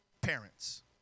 parents